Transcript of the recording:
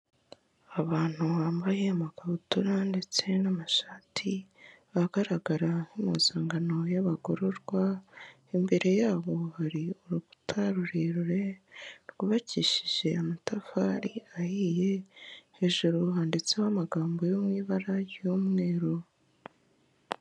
Abantu bambaye amakabutura ndetse n'amashati, agaragara nk'impuzangano y'abagororwa, imbere yabo hari urukuta rurerure, rwubakishije amatafari ahiye, hejuru banditseho amagambo yo mu ibara ry'umweru.